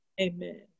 amen